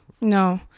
no